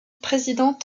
président